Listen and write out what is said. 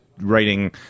writing